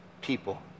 people